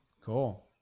Cool